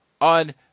on